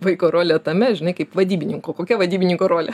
vaiko rolė tame žinai kaip vadybininko kokia vadybininko rolė